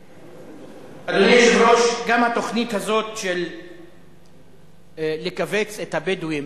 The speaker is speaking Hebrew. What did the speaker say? אדוני היושב-ראש, גם התוכנית הזאת לקבץ את הבדואים